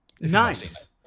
Nice